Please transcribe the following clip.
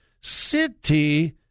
city